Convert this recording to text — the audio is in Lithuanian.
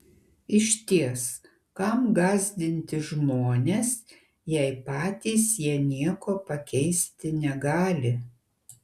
išties kam gąsdinti žmones jei patys jie nieko pakeisti negali